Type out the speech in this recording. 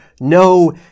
no